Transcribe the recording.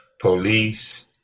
police